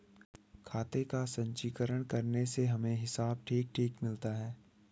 खाते का संचीकरण करने से हमें हिसाब ठीक ठीक मिलता है